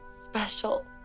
special